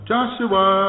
Joshua